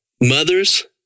Mother's